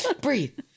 breathe